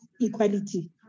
equality